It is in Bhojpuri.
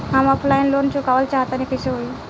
हम ऑफलाइन लोन चुकावल चाहऽ तनि कइसे होई?